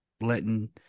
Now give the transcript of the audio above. letting